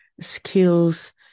skills